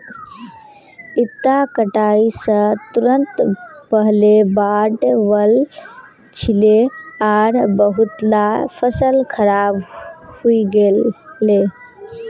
इता कटाई स तुरंत पहले बाढ़ वल छिले आर बहुतला फसल खराब हई गेले